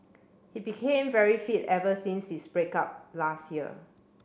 he became very fit ever since his break up last year